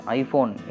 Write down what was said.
iPhone